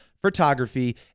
photography